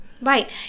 Right